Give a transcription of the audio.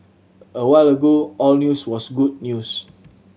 a while ago all news was good news